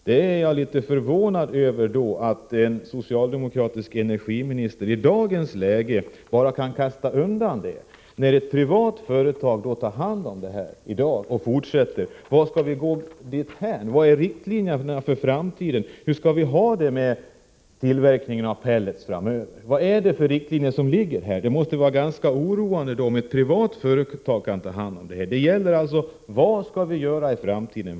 Jag är litet förvånad över att en socialdemokratisk energiminister i dagens läge helt kan strunta i Mora Pellets och låta ett privat företag ta hand om den fortsatta verksamheten. Varthän skall vi gå? Vilka är riktlinjerna för framtiden? Hur skall vi ha det med tillverkningen av pellets framöver? Det måste vara ganska oroande att ett privat företag kan ta hand om pelletstillverkningen i Mora. Frågorna är alltså: Vad skall vi göra i framtiden?